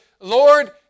Lord